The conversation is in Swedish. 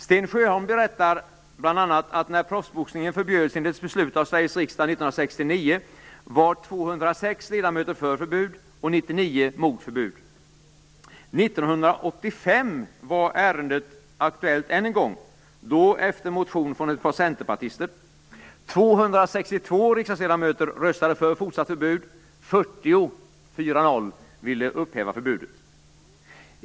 Sten Sjöholm berättar bl.a. att när proffsboxningen förbjöds enligt beslut av Sveriges riksdag 1969 var var ärendet aktuellt än en gång - då efter en motion från ett par centerpartister. 262 riksdagsledamöter röstade för fortsatt förbud. 40 ville upphäva förbudet.